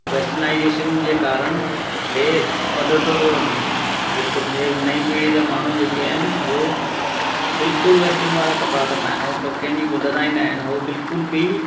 westernisation जे कारण हे वधंदो थो वञे बिल्कुलु जे नईं पीढ़ी जेके आहिनि हो बिल्कुलु वेस्टन वारा कपिड़ा था पाइनि ऐं कंहिंजी ॿुधंदा ई न आहिनि हो बिल्कुलु बि